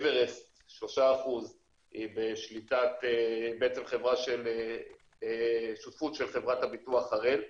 אוורסט 3% היא חברה בשותפות של חברת הביטוח הראל,